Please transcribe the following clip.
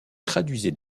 traduisait